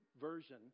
version